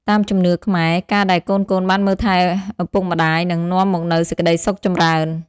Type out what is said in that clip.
តាមជំនឿខ្មែរ ការដែលកូនៗបានមើលថែឪពុកម្តាយ នឹងនាំមកនូវសេចក្តីសុខចម្រើន។